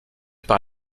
par